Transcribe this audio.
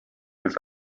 his